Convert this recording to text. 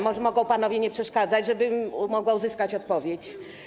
Mogą panowie nie przeszkadzać, żebym mogła uzyskać odpowiedź?